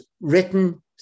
written